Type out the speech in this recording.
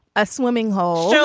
a swimming hole